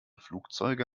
flugzeuge